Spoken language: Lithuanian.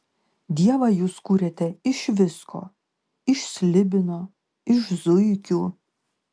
dievą jūs kuriate iš visko iš slibino iš zuikių